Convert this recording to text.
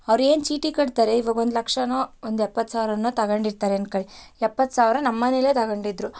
ಅವರು ಏನು ಚೀಟಿ ಕಟ್ತಾರೆ ಇವಾಗ ಒಂದು ಲಕ್ಷನೋ ಒಂದು ಎಪ್ಪತ್ತು ಸಾವಿರನೋ ತಗೊಂಡಿರ್ತಾರೆ ಅನ್ಕೊಳ್ಳಿ ಎಪ್ಪತ್ತು ಸಾವಿರ ನಮ್ಮನೆಲೇ ತಗೊಂಡಿದ್ರು